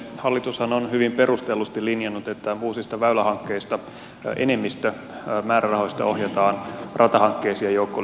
hallitushan on hyvin perustellusti linjannut että uusissa väylähankkeissa enemmistö määrärahoista ohjataan ratahankkeisiin ja joukkoliikenteen edistämiseen